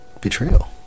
Betrayal